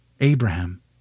Abraham